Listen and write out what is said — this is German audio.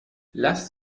lass